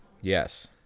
Yes